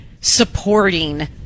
supporting